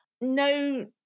no